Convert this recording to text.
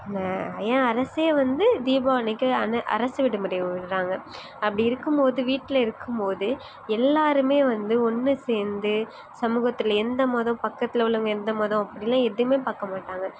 ஏன் அரசே வந்து தீபாவளிக்கு அன அரசு விடுமுறை விடுறாங்க அப்படி இருக்கும்போது வீட்டில் இருக்கும்போதே எல்லாருமே வந்து ஒன்று சேர்ந்து சமூகத்தில் எந்த மதம் பக்கத்தில் உள்ளவங்க எந்த மதம் அப்படின்லா எதுவுமே பார்க்க மாட்டாங்க